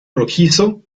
rojizo